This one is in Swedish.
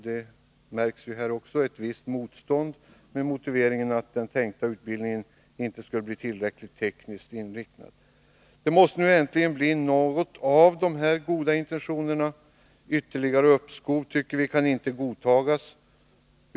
Det märks här också ett visst motstånd, med motiveringen att den tänkta utbildningen inte skulle bli tillräckligt tekniskt inriktad. Det måste nu äntligen bli något av dessa goda intentioner. Ytterligare uppskov kan inte godtas.